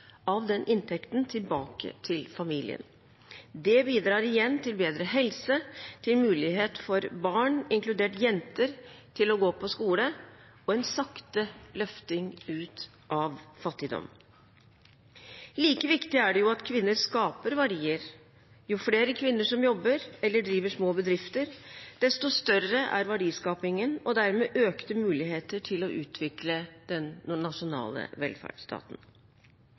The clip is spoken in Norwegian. av den inntekten tilbake til familien. Det bidrar igjen til bedre helse, til mulighet for barn, inkludert jenter, til å gå på skole – og en sakte løfting ut av fattigdom. Like viktig er det at kvinner skaper verdier. Jo flere kvinner som jobber eller driver små bedrifter, desto større er verdiskapingen, og dermed øker mulighetene til å utvikle den nasjonale velferdsstaten.